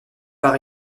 par